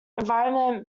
environmental